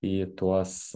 į tuos